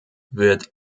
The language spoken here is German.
wird